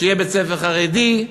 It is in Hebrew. שיהיה בית-ספר חרדי,